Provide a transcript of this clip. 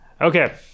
okay